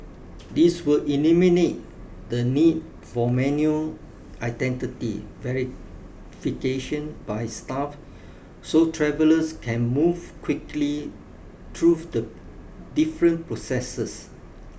this will eliminate the need for manual identity verification by staff so travellers can move quickly through the different processes